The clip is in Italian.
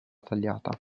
tagliata